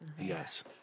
Yes